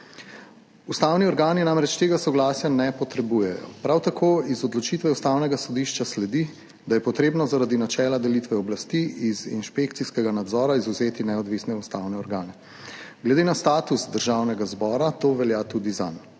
Ustavni organi namreč tega soglasja ne potrebujejo. Prav tako iz odločitve Ustavnega sodišča sledi, da je potrebno zaradi načela delitve oblasti iz inšpekcijskega nadzora izvzeti neodvisne ustavne organe. Glede na status Državnega zbora to velja tudi zanj.